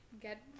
get